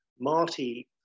Marty